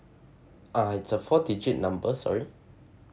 ah it's a four digit number sorry